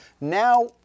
Now